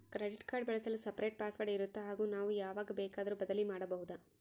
Credit card ಬಳಸಲು separate password ಇರುತ್ತಾ ಹಾಗೂ ನಾವು ಯಾವಾಗ ಬೇಕಾದರೂ ಬದಲಿ ಮಾಡಬಹುದಾ?